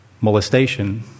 molestation